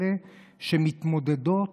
אלה שמתמודדות